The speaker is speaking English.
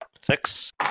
Six